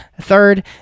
Third